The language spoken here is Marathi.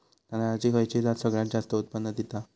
तांदळाची खयची जात सगळयात जास्त उत्पन्न दिता?